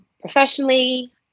professionally